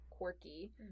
Quirky